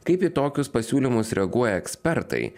kaip į tokius pasiūlymus reaguoja ekspertai